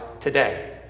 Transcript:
today